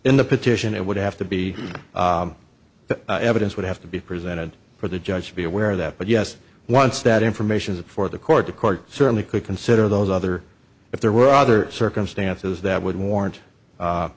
in the petition it would have to be that evidence would have to be presented for the judge to be aware of that but yes once that information is before the court the court certainly could consider those other if there were other circumstances that would warrant